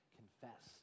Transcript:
confess